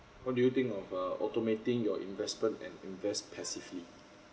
what do you think of uh automating your investment and invest passively